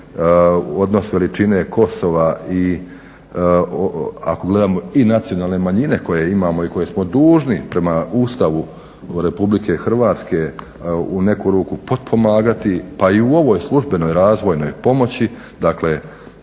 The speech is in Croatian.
odnos veličine Kosova i ako gledamo i nacionalne manjine koje imamo i koje smo dužni prema Ustavu RH u neku ruku potpomagati pa i u ovoj službenoj pomoći dakle,